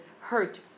hurt